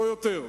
לא יותר,